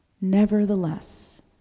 Nevertheless